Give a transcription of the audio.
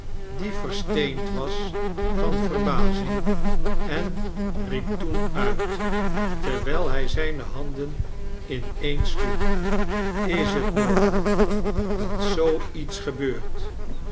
die versteend was van verbazing en riep toen uit terwijl hij zijne handen ineensloeg is het mogelijk dat zoo iets gebeurt